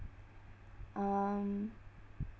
um